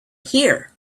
here